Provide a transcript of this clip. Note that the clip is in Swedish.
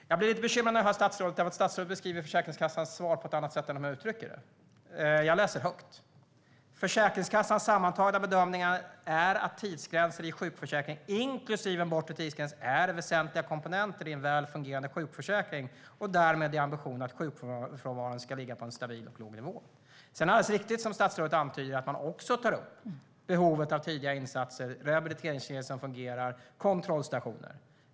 Jag blir lite bekymrad när jag hör statsrådet eftersom hon beskriver Försäkringskassans svar på ett annat sätt än man uttrycker det. Jag läser högt: "Försäkringskassans sammantagna bedömning är att tidsgränser i sjukförsäkringen, inklusive en bortre tidsgräns, är väsentliga komponenter i en väl fungerande sjukförsäkring och därmed i ambitionen att sjukfrånvaron ska ligga på en stabil och låg nivå." Sedan är det alldeles riktigt som statsrådet antyder att man också tar upp behovet av tidigare insatser, rehabiliteringskedjor som fungerar och kontrollstationer.